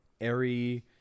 airy